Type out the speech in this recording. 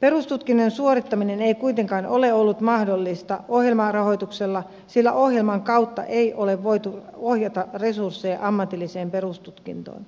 perustutkinnon suorittaminen ei kuitenkaan ole ollut mahdollista ohjelmarahoituksella sillä ohjelman kautta ei ole voitu ohjata resursseja ammatilliseen perustutkintoon